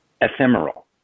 ephemeral